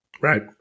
Right